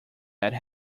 had